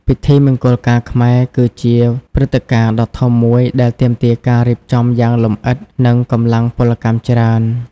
ពិធីមង្គលការខ្មែរ គឺជាព្រឹត្តិការណ៍ដ៏ធំមួយដែលទាមទារការរៀបចំយ៉ាងលម្អិត និងកម្លាំងពលកម្មច្រើន។